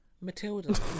Matilda